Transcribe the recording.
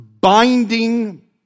binding